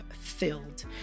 filled